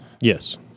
Yes